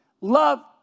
Love